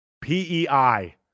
PEI